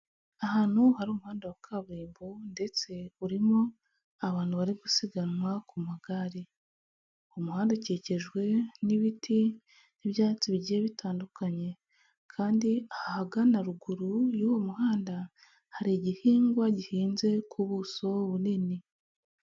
Ahantu hari umuhanda wa kaburimbo ndetse urimo abantu bari gusiganwa ku magare. Umuhanda ukikijwe n'ibiti n'ibyatsi bigiye bitandukanye kandi ahagana ruguru y'uwo muhanda hari igihingwa gihinze ku buso bunini.